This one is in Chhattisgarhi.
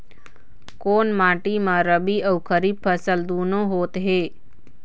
कोन माटी म रबी अऊ खरीफ फसल दूनों होत हे?